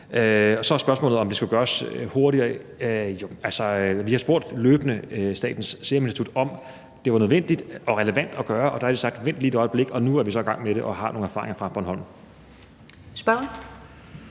Så er der spørgsmålet, om det skulle være gjort hurtigere. Altså, vi har løbende spurgt Statens Serum Institut, om det var nødvendigt og relevant at gøre, og der har de sagt: Vent lige et øjeblik. Nu er vi så i gang med det og har nogle erfaringer fra Bornholm. Kl.